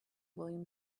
william